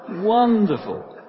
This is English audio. Wonderful